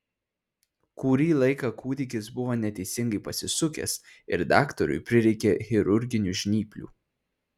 kurį laiką kūdikis buvo neteisingai pasisukęs ir daktarui prireikė chirurginių žnyplių